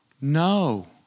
No